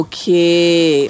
Okay